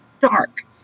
dark